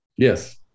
Yes